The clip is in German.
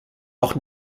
auch